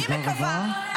תודה רבה.